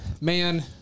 Man